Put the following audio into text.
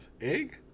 Egg